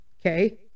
okay